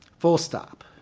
full stop.